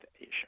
Asia